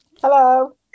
Hello